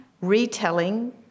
retelling